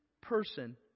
person